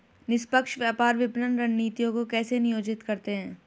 निष्पक्ष व्यापार विपणन रणनीतियों को कैसे नियोजित करते हैं?